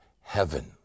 heaven